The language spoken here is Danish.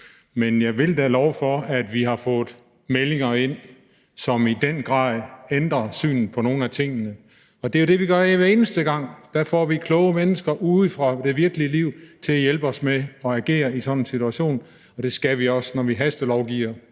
men jeg skal da love for, at vi har fået meldinger ind, som i den grad ændrer synet på nogle af tingene. Det er jo det, vi gør her hver eneste gang, altså vi får kloge mennesker ude fra det virkelige liv til at hjælpe os med at agere i sådan en situation, og det skal vi også, når vi hastelovgiver.